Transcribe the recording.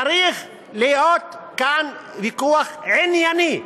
צריך להיות כאן ויכוח ענייני.